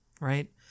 right